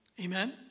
Amen